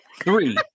Three